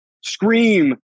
scream